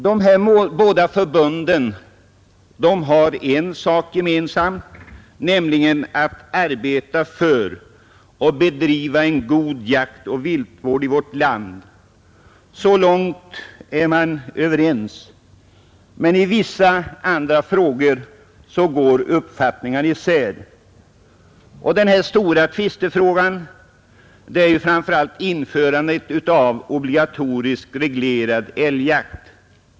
De här båda förbunden har en sak gemensamt, nämligen att arbeta för och bedriva en 93 god jaktoch viltvård i vårt land. Så långt är man överens, men i vissa andra frågor går uppfattningarna isär. Den stora tvistefrågan är framför allt införandet av obligatoriskt reglerad älgjakt.